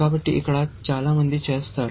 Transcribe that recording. కాబట్టి ఇక్కడ చాలా మంది చేస్తారు